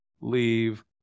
leave